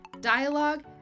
dialogue